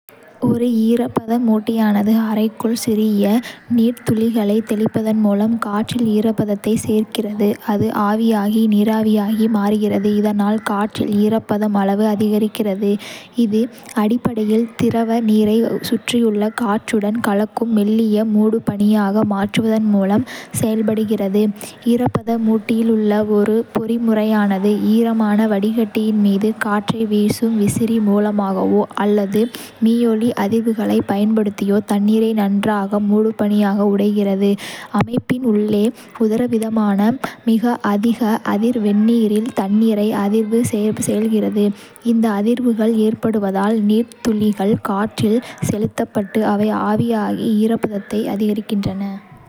ஒரு ஈரப்பதமூட்டியானது அறைக்குள் சிறிய நீர்த்துளிகளை தெளிப்பதன் மூலம் காற்றில் ஈரப்பதத்தை சேர்க்கிறது, அது ஆவியாகி நீராவியாக மாறுகிறது, இதனால் காற்றில் ஈரப்பதம் அளவு அதிகரிக்கிறது. இது அடிப்படையில் திரவ நீரை சுற்றியுள்ள காற்றுடன் கலக்கும் மெல்லிய மூடுபனியாக மாற்றுவதன் மூலம் செயல்படுகிறது. ஈரப்பதமூட்டியில் உள்ள ஒரு பொறிமுறையானது ஈரமான வடிகட்டியின் மீது காற்றை வீசும் விசிறி மூலமாகவோ அல்லது மீயொலி அதிர்வுகளைப் பயன்படுத்தியோ தண்ணீரை நன்றாக மூடுபனியாக உடைக்கிறது. அமைப்பின் உள்ளே, உதரவிதானம் மிக அதிக அதிர்வெண்ணில் தண்ணீரை அதிர்வு செய்கிறது. இந்த அதிர்வுகள் ஏற்படுவதால், நீர்த்துளிகள் காற்றில் செலுத்தப்பட்டு அவை ஆவியாகி, ஈரப்பதத்தை அதிகரிக்கின்றன.